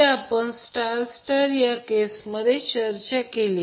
जे आपण star star या केसमध्ये चर्चा केली